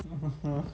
(uh huh)